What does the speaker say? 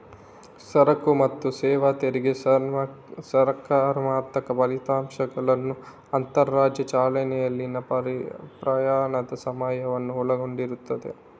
ಸರಕು ಮತ್ತು ಸೇವಾ ತೆರಿಗೆ ಸಕಾರಾತ್ಮಕ ಫಲಿತಾಂಶಗಳು ಅಂತರರಾಜ್ಯ ಚಲನೆಯಲ್ಲಿನ ಪ್ರಯಾಣದ ಸಮಯವನ್ನು ಒಳಗೊಂಡಿರುತ್ತದೆ